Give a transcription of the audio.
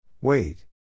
Wait